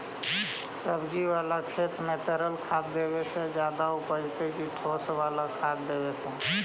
सब्जी बाला खेत में तरल खाद देवे से ज्यादा उपजतै कि ठोस वाला खाद देवे से?